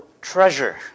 treasure